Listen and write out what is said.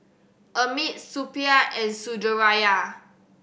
Amit Suppiah and Sundaraiah